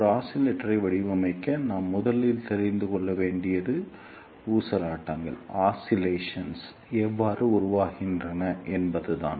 ஒரு ஆஸிலேட்டரை வடிவமைக்க நாம் முதலில் தெரிந்து கொள்ள வேண்டியது ஊசலாட்டங்கள் எவ்வாறு உருவாகின்றன என்பதுதான்